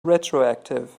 retroactive